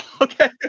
okay